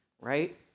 right